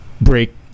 break